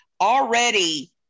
already